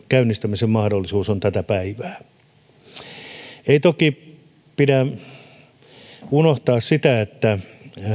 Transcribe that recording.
käynnistämisen mahdollisuus on tätä päivää ei toki pidä unohtaa sitä että